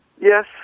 Yes